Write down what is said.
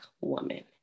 woman